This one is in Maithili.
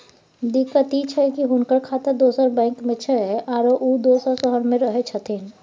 दिक्कत इ छै की हुनकर खाता दोसर बैंक में छै, आरो उ दोसर शहर में रहें छथिन